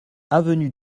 avenue